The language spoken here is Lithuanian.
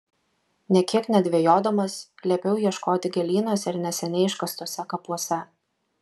nė kiek nedvejodamas liepiau ieškoti gėlynuose ir neseniai iškastuose kapuose